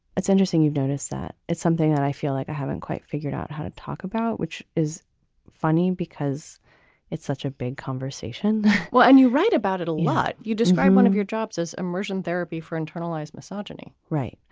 it's interesting you've noticed that it's something that i feel like i haven't quite figured out how to talk about, which is funny because it's such a big conversation well, and you write about it a lot. you just got one of your jobs as immersion therapy for internalized misogyny right.